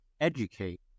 educate